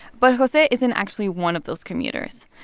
but jose isn't actually one of those commuters.